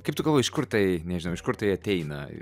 kaip tu galvoji iš kur tai nežinau iš kur tai ateina